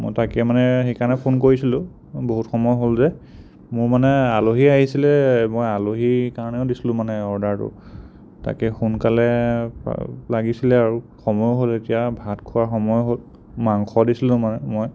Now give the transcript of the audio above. মই তাকে মানে সেইকাৰণে ফোন কৰিছিলোঁ বহুত সময় হ'ল যে মোৰ মানে আলহী আহিছিল মই আলহীৰ কাৰণেও দিছিলোঁ মানে অৰ্ডাৰটো তাকে সোনকালে লাগিছিল আৰু সময়ো হ'ল এতিয়া ভাত খোৱাৰ সময় হ'ল মাংস দিছিলোঁ মানে মই